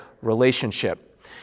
relationship